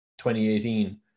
2018